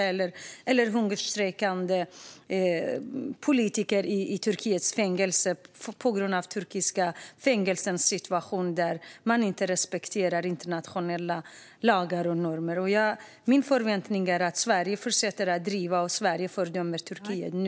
I Turkiets fängelser hungerstrejkar politiker på grund av situationen där. Man respekterar inte internationella lagar och normer. Min förväntning är att Sverige fortsätter att driva på och fördömer Turkiet nu.